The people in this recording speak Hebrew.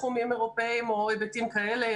תחומים אירופיים או היבטים כאלה,